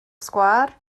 sgwâr